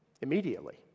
immediately